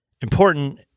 important